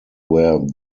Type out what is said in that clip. where